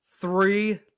three